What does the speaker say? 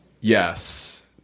Yes